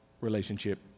relationship